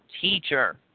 teacher